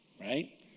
right